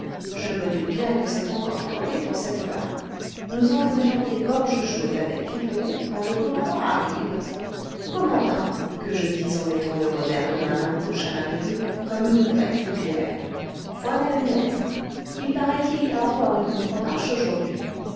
je me doute bien que c'est encore flambé pour cette fois-là nous en faisions des gorges chaudes avec pipelet quand le commandant arrive commandant que je dis en mettant le revers de ma main gauche à ma perruque comme une vraie troupière voilà une lettre il paraît qu'il y a encore une contremarche aujourd'hui